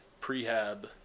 prehab